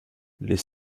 les